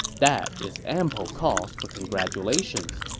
that is ample cause for congratulations.